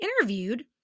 interviewed